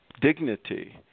dignity